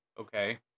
okay